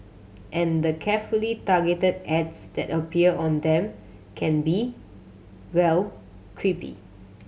and the carefully targeted ads that appear on them can be well creepy